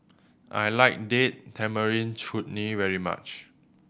I like Date Tamarind Chutney very much